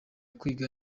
kwiga